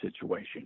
situation